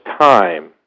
time